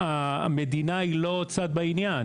והמדינה היא לא צד בעניין.